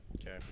Okay